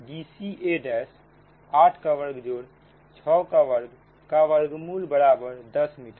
Dca 8 का वर्ग जोड़ 6 का वर्ग का वर्गमूल बराबर 10 मीटर